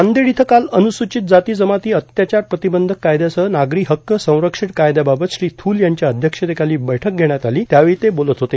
नांदेड इथं काल अनुयूचित जाती जमाती अत्याचार प्रतिबंधक कायद्यासह नागरी हक्क संरक्षण कायदाबाबत श्री थूल यांच्या अध्यक्षतेखाली बैठक घेण्यात आली त्यावेळी ते बोलत होते